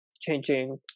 changing